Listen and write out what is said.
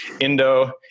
Indo